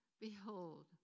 Behold